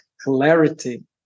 clarity